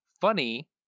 funny